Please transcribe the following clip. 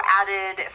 added